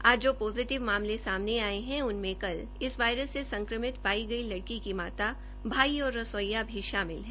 आज जो पोजीटिव मामले सामने आये है उनमें कल इस वायरस से संक्रमित पाई गई लड़की की माता भाई और रसोइया भी शामिल है